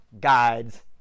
Guides